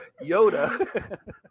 Yoda